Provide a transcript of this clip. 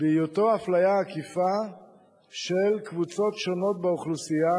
בהיותו אפליה עקיפה של קבוצות שונות באוכלוסייה,